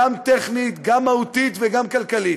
גם טכנית, גם מהותית וגם כלכלית,